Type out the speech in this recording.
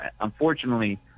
unfortunately